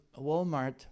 Walmart